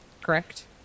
correct